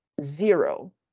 zero